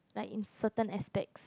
like certain aspect